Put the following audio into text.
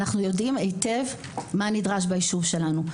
אנחנו יודעים היטב מה נדרש בישוב שלנו,